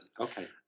Okay